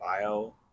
bio